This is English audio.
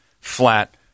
flat